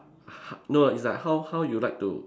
h~ no it's like how how you like to